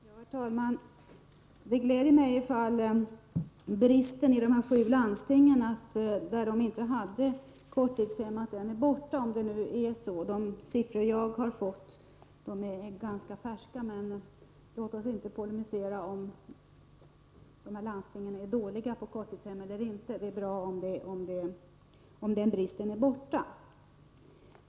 Herr talman! Det gläder mig om bristen i de här sju landstingen, där de inte hade korttidshem, inte föreligger — om det nu är så. De siffror jag har fått är ganska färska, men låt oss inte polemisera mot varandra huruvida dessa landsting är dåliga när det gäller korttidshem eller inte. Det är bra om den här bristen inte finns.